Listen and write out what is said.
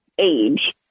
age